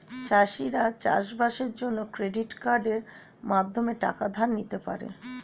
চাষিরা চাষবাসের জন্য ক্রেডিট কার্ডের মাধ্যমে টাকা ধার নিতে পারে